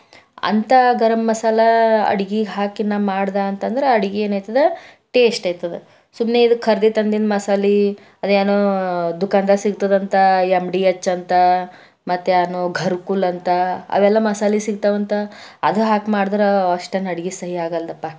ಅಂತ ಗರಂಮಸಾಲ ಅಡ್ಗೆ ಹಾಕಿ ನಾ ಮಾಡಿದಾ ಅಂತಂದರೆ ಅಡ್ಗೆ ಏನು ಇರ್ತದ ಟೇಸ್ಟ್ ಇರ್ತದ ಸುಮ್ಮನೆ ಇದು ಖರ್ದಿತಂದಿದ್ದು ಮಸಾಲೆ ಅದೇನೋ ದುಖಾನ್ದಾಗ ಸಿಗ್ತದಂತ ಎಮ್ ಡಿ ಎಚ್ ಅಂತ ಮತ್ತು ಏನೋ ಘರ್ ಕುಲ ಅಂತ ಅವೆಲ್ಲ ಮಸಾಲೆ ಸಿಗ್ತವಂತ ಅದು ಹಾಕಿ ಮಾಡಿದ್ರೆ ಅಷ್ಟೇನೆ ಅಡ್ಗೆ ಸಿಹಿ ಆಗಲ್ದಪ್ಪ